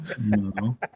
No